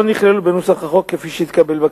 לא נכללו בנוסח החוק כפי שהתקבל בכנסת.